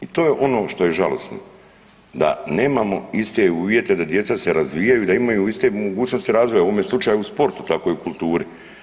I to je ono što je žalosno da nemamo iste uvjete da djeca se razvijaju i da imaju iste mogućnosti razvoja u ovom slučaju u sportu, tako i u kulturi.